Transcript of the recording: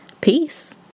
Peace